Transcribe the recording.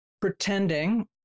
pretending